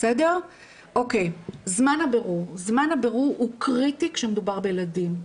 זמן הבירור הוא קריטי כשמדובר בילדים.